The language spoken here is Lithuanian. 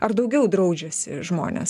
ar daugiau draudžiasi žmonės